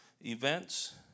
events